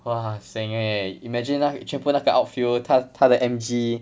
!wah! sian eh imagine 那全部那个 outfield 他他的 M_G